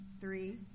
three